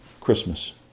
Christmas